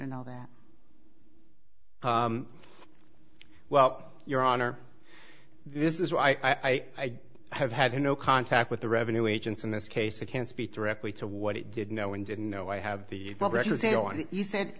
and all that well your honor this is why i have had no contact with the revenue agents in this case i can't speak directly to what it did know and didn't know i have the